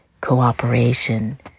cooperation